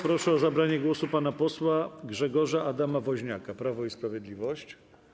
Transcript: Proszę o zabranie głosu pana posła Grzegorza Adama Woźniaka, Prawo i Sprawiedliwość.